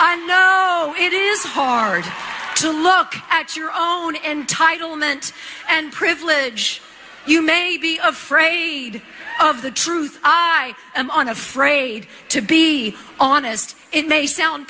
i know it is hard to look at your own entitlement and privilege you may be afraid of the truth i am on afraid to be honest it may sound